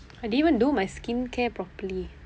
I didn't even do my skincare properly